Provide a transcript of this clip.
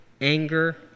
anger